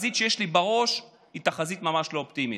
התחזית שיש לי בראש היא תחזית ממש לא אופטימית.